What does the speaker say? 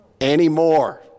Anymore